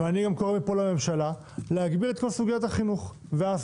ואני גם קורא מפה לממשלה להגביר את כל סוגיית החינוך וההסברה.